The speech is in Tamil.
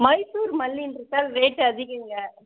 மைசூர் மல்லின்றதால் ரேட் அதிகங்க